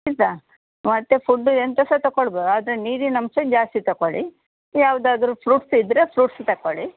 ಆಯಿತಾ ಮತ್ತು ಫುಡ್ಡು ಎಂತ ಸಹ ತಕೊಳ್ಬ ಆದರೆ ನೀರಿನಾಂಶ ಜಾಸ್ತಿ ತಕೊಳ್ಳಿ ಯಾವ್ದಾದರೂ ಫ್ರೂಟ್ಸ್ ಇದ್ದರೆ ಫ್ರೂಟ್ಸ್ ತಕೊಳ್ಳಿ